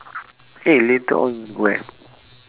eh later on you wanna go where